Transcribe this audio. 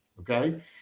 okay